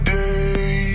day